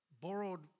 borrowed